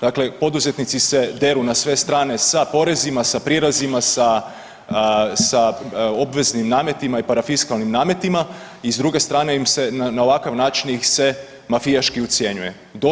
Dakle, poduzetnici se deru na sve strane sa porezima, sa prirezima, sa, sa obveznim nametima i parafiskalnim nametima i s druge strane im se, na ovakav način ih se mafijaški ucjenjuje.